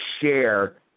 share